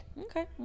Okay